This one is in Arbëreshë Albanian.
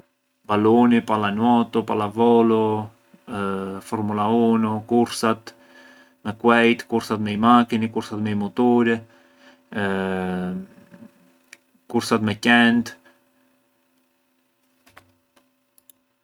Baluni, palanuoto, palavolo, formula uno, kursat me kuejt, kursat me i makini, me i muturi, kursat me qent.